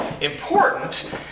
important